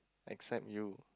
except you